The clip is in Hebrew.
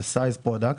זה size product,